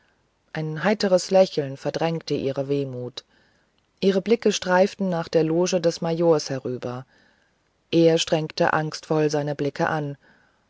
ein heiteres lächeln verdrängte ihre wehmut ihre blicke streiften nach der loge des majors herüber er strengte angstvoll seine blicke an